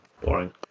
boring